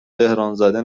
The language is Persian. تهرانزده